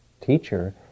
teacher